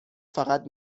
فقط